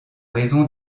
raison